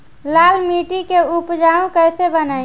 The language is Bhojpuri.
लाल मिट्टी के उपजाऊ कैसे बनाई?